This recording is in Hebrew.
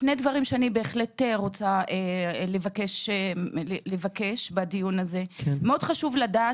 שני דברים שאני רוצה לבקש בדיון הזה: חשוב לדעת